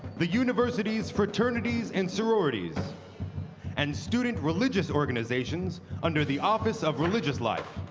the university's fraternities and sororities and student religious organizations under the office of religious life.